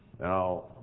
Now